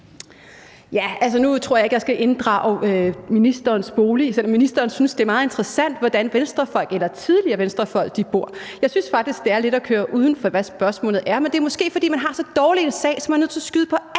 jeg ikke, jeg skal inddrage ministerens bolig, selv om ministeren synes, det er meget interessant, hvordan Venstrefolk eller tidligere Venstrefolk bor. Jeg synes faktisk, det er lidt at køre uden for, hvad spørgsmålet er. Men det er måske, fordi man har så dårlig en sag, at man er nødt til at skyde på alt,